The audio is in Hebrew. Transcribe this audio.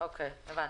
רק להבין,